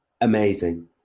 Amazing